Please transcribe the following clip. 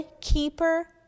keeper